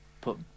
put